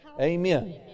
Amen